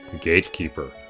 gatekeeper